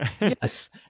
Yes